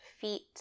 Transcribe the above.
feet